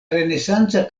renesanca